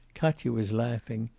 katya was laughing.